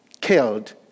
killed